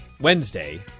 Wednesday